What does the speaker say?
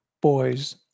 boys